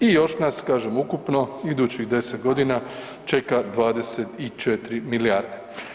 I još nas kažem ukupno idućih 10.g. čeka 24 milijarde.